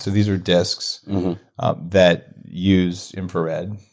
these are discs that use infrared,